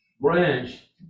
branch